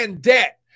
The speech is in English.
debt